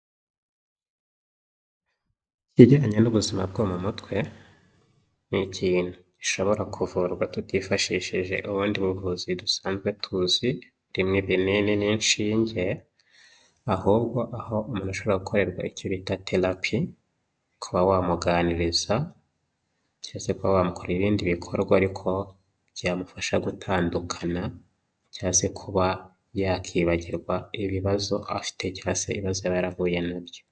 Ikigendanye n'ubuzima bwo mu mutwe ni ikintu gishobora kuvurwa tutifashishije ubundi buvuzi dusanzwe tuzi burimo ibinini n'inshinge, ahubwo aho umuntu ashobora gukorerwa icyo bita therapy, kuba wamuganiriza, cyangwa se kuba wamukorera ibindi bikorwa ariko byamufasha gutandukana cyangwa se kuba yakwibagirwa ibibazo afite cyangwa ibibazo yaba yarahuye na byo.